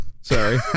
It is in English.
Sorry